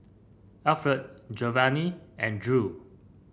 Alferd Jovany and Drew